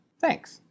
Thanks